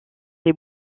les